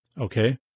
Okay